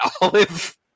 Olive